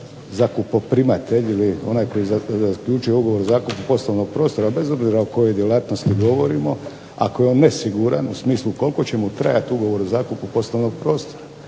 zakupoprimatelj ili onaj koji zaključuje ugovor o zakupu poslovnog prostora bez obzira o kojoj djelatnosti govorimo, ako je on nesiguran u smislu koliko će mu trajati ugovor o zakupu poslovnog prostora,